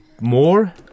more